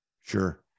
Sure